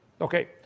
Okay